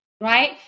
Right